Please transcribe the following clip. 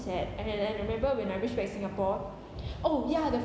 sad and then I I remember when I reach back singapore oh ya the